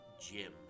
Jim